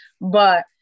But-